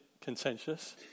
contentious